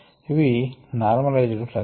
ఇవి normalised flux లు